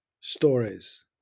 stories